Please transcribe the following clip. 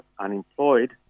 unemployed